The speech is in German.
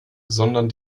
sondern